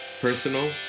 personal